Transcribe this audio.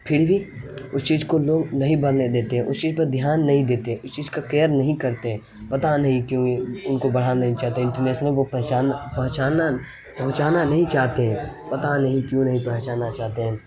پھر بھی اس چیز کو لوگ نہیں بڑھنے دیتے ہیں اس چیز پہ دھیان نہیں دیتے اس چیز کا کیئر نہیں کرتے پتا نہیں کیوں ان کو بڑھانا نہیں چاہتے انٹرنیسنل وہ پہچان پہنچانا پہنچانا نہیں چاہتے ہیں پتا نہیں کیوں نہیں پہنچانا چاہتے ہیں